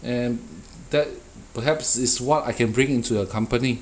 and that perhaps is what I can bring into your company